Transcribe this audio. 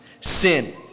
sin